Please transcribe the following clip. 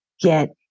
Get